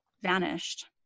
vanished